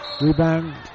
Rebound